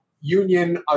union